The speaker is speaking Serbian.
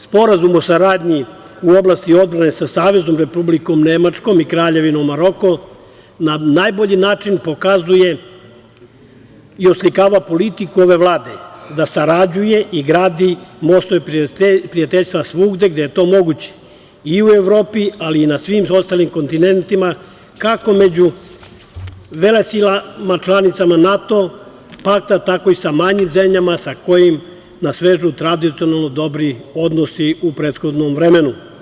Sporazum o saradnji u oblasti odbrane sa Saveznom Republikom Nemačkom i Kraljevinom Maroko na najbolji način pokazuje i oslikava politiku ove Vlade, da sarađuje i gradi mostove prijateljstva svugde gde je to moguće, i u Evropi, ali i na svim ostalim kontinentima, kako među velesilama članicama NATO pakta, tako i sa manjim zemljama sa kojima nas vežu tradicionalno dobri odnosi u prethodnom vremenu.